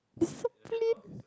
discipline